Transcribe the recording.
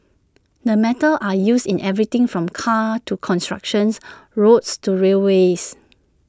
the metals are used in everything from cars to constructions roads to railways